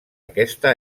aquesta